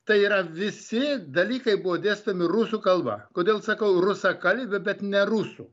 tai yra visi dalykai buvo dėstomi rusų kalba kodėl sakau rusakalbė bet ne rusų